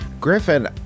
Griffin